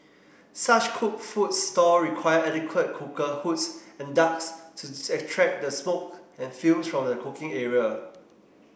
such cooked food stall require adequate cooker hoods and ducts to extract the smoke and fumes from the cooking area